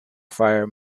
fire